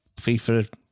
FIFA